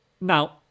Now